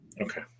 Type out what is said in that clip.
okay